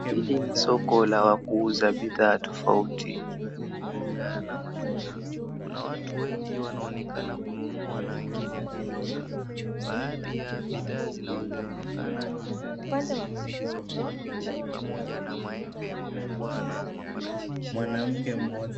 Hili ni soko la kuuza bidhaa tofauti, ikiwemo mboga na matunda. Kuna watu wengi wanaonekana kununua na wengine kuuza. Baadhi ya bidhaa zinazoonekana ni ndizi zilizokuwa mbichi pamoja na maembe makubwa na maparachichi.